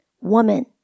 woman